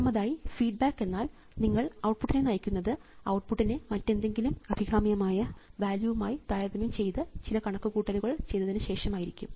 ഒന്നാമതായി ഫീഡ്ബാക്ക് എന്നാൽ നിങ്ങൾ ഔട്ട്പുട്ട് നെ നയിക്കുന്നത് ഔട്ട്പുട്ട് നെ മറ്റേതെങ്കിലും അഭികാമ്യമായ വാല്യൂവുമായി താരതമ്യം ചെയ്തു ചില കണക്കുകൂട്ടലുകൾ ചെയ്തതിനുശേഷം ആയിരിക്കും